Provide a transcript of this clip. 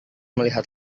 melihat